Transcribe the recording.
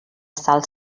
sal